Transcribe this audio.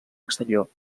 exterior